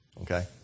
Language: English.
Okay